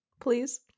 please